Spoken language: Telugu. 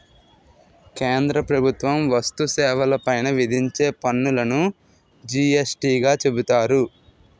కేంద్ర ప్రభుత్వం వస్తు సేవల పైన విధించే పన్నులును జి యస్ టీ గా చెబుతారు